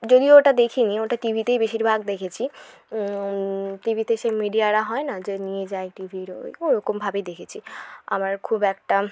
যদিও ওটা দেখিনি ওটা টিভিতেই বেশিরভাগ দেখেছি টিভিতে সে মিডিয়ারা হয় না যে নিয়ে যায় টিভির ওই ওরকম ভাবেই দেখেছি আমার খুব একটা